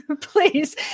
please